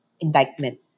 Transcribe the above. indictment